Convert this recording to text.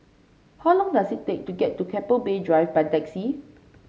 how long does it take to get to Keppel Bay Drive by taxi